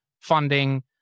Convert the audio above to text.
funding